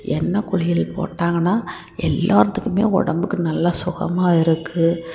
எண்ணெய் குளியல் போட்டாங்கன்னால் எல்லாத்துக்கும் உடம்புக்கு நல்லா சுகமாக இருக்கும்